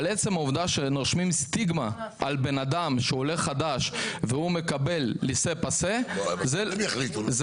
אבל עצם העובדה שיש סטיגמה על אדם שהוא עולה חדש והוא מקבל לסה-פסה כי